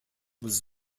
was